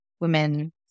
women